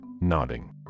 nodding